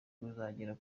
kuzagera